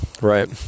right